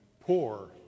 poor